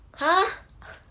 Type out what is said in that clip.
!huh!